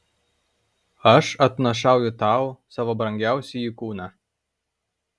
aš atnašauju tau savo brangiausiąjį kūną